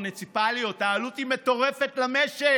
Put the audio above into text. אז כולנו ממלאים תפקידי משנה באיזה תיאטרון אבסורד של ממשלת